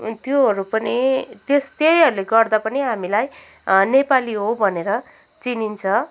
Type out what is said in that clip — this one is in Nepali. त्योहरू पनि त्यस त्यहीहरूले गर्दा पनि हामीलाई नेपाली हो भनेर चिनिन्छ